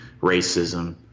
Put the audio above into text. racism